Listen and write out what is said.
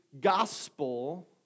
gospel